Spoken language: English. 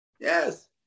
Yes